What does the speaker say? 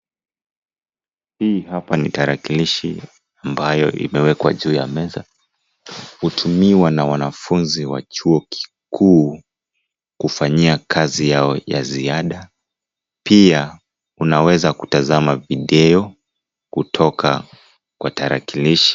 Hii hapa ni tarakilishi ambayo imewekwa juu ya meza. Hutumiwa na wanafunzi wa chuo kikuu kufanyia kazi yao ya ziada. Pia unaweza kutazama video kutoka kwa tarakilishi.